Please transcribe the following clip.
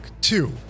two